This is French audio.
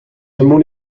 aimons